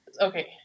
Okay